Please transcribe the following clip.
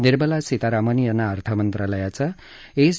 निर्मला सितारामन यांना अर्थमंत्रालयाचा एस